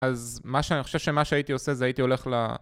אז מה שאני חושב שמה שהייתי עושה זה הייתי הולך ל...